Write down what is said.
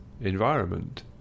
environment